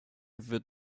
wird